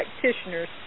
practitioners